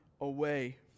away